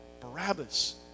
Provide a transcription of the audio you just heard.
Barabbas